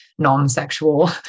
non-sexual